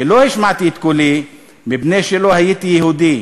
ולא השמעתי את קולי מפני שלא הייתי יהודי,